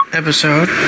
episode